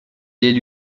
est